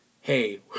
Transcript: hey